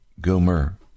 Gomer